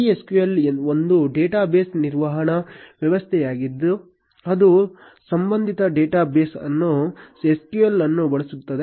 MySQL ಒಂದು database ನಿರ್ವಹಣಾ ವ್ಯವಸ್ಥೆಯಾಗಿದ್ದು ಅದು ಸಂಬಂಧಿತ ಡೇಟಾ ಬೇಸ್ ಮತ್ತು SQL ಅನ್ನು ಬಳಸುತ್ತದೆ